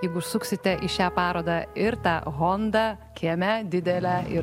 jeigu užsuksite į šią parodą ir tą hondą kieme didelę ir